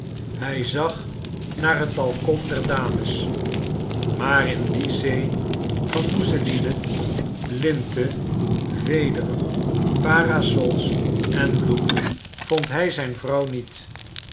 hij zag naar het balcon der dames maar in die zee van mousseline linten vederen parasols en bloemen vond hij zijn vrouw niet